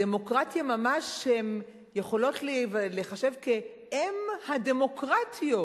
הדמוקרטיה שממש יכולה להיחשב כאם הדמוקרטיות.